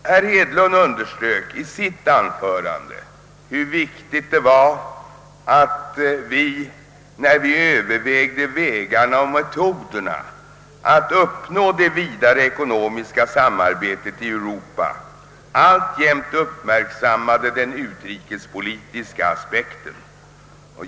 Herr Hedlund underströk i sitt anförande hur viktigt det var att vi, när vi övervägde vägarna och metoderna att uppnå det vidare ekonomiska samarbetet i Europa, alltjämt uppmärksammade den utrikespolitiska aspekten.